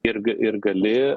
ir ir gali